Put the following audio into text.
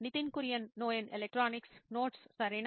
Nitin Kurian COO నోయిన్ electronics notes సరేనా